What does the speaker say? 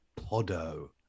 podo